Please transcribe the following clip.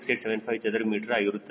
6875 ಚದರ ಮೀಟರ್ ಆಗುತ್ತದೆ